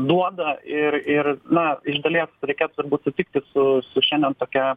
duoda ir ir na iš dalies reikėtų turbūt sutikti su su šiandien tokia